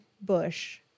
bush